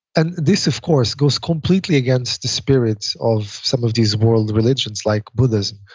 and this of course goes completely against the spirits of some of these world religions like buddhism.